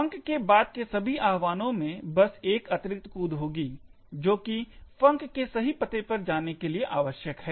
func के बाद के सभी आह्वानों में बस एक अतिरिक्त कूद होगी जो कि func के सही पते पर जाने के लिए आवश्यक है